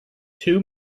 two